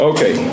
Okay